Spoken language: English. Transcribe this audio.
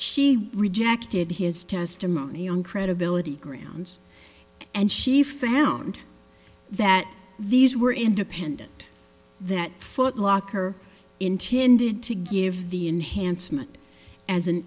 she rejected his testimony on credibility grounds and she found that these were independent that footlocker intended to give the enhanced mut as an